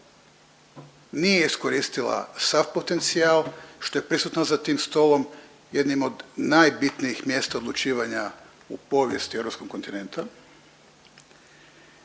nije iskoristila sav potencijal što je prisutno za tim stolom jednim od najbitnijih mjesta odlučivanja u povijesti europskog kontinenta